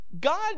God